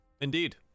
indeed